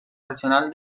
regional